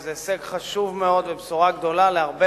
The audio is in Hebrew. וזה הישג חשוב מאוד ובשורה גדולה להרבה